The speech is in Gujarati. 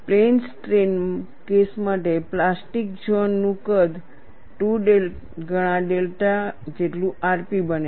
પ્લેન સ્ટ્રેઇન કેસ માટે પ્લાસ્ટિક ઝોન નું કદ 2 ગણા ડેલ્ટા જેટલું rp બને છે